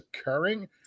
occurring